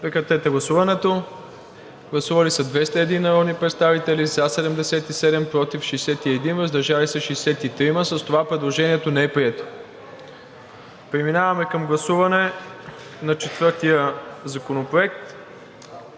водещата Комисия. Гласували 201 народни представители: за 77, против 61, въздържали се 63. С това предложението не е прието. Преминаваме към гласуване на четвъртия Законопроект,